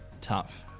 tough